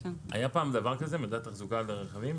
היה פעם דבר כזה, מדד תחזוקה לרכבים?